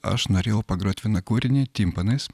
aš norėjau pagrot vieną kūrinį timpanais